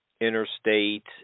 interstate